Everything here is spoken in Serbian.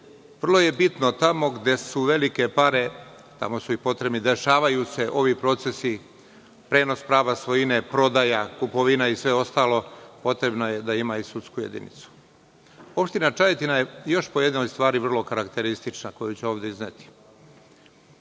Vrlo je bitno tamo gde su velike pare, tamo su i potrebne, dešavaju se ovi procesi: prenos prava svojine, prodaja, kupovina i sve ostalo, potrebno je da imaju sudsku jedinicu. Opština Čajetina je još po jednoj stvari, koju ću ovde izneti,